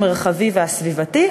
המרחבי והסביבתי,